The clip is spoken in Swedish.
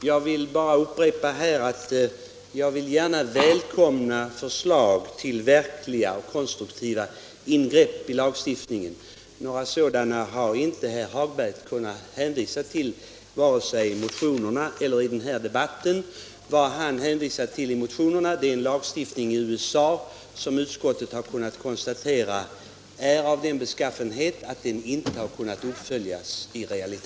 Herr talman! Jag upprepar att jag gärna välkomnar förslag om verkliga och konstruktiva ingrepp i lagstiftningen. Några sådana har inte herr Hagberg i Borlänge kunnat hänvisa till vare sig i motionerna eller i den här debatten. Vad han hänvisar till i motionerna är en lagstiftning i USA, som utskottet har kunnat konstatera är av den beskaffenheten att den i realiteten inte har kunnat följas upp.